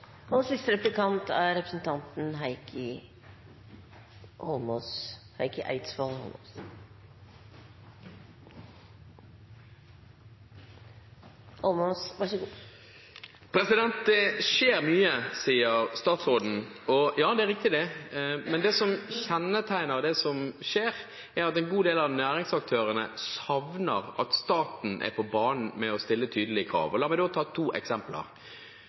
Det skjer mye, sier statsråden. Ja, det er riktig, men det som kjennetegner det som skjer, er at en god del av næringsaktørene savner at staten er på banen med hensyn til å stille tydelige krav. La meg ta to eksempler: